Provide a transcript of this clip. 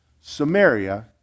Samaria